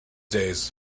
days